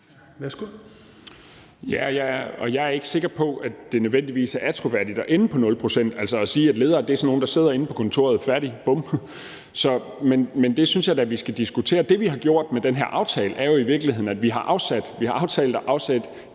(S): Jeg er ikke sikker på, at det nødvendigvis er attråværdigt at ende på nul procent, altså sige, at ledere er sådan nogle, der sidder inde på kontoret, færdig, bum. Men det synes jeg da vi skal diskutere. Det, vi har gjort med den her aftale, er jo i virkeligheden, at vi har aftalt at afsætte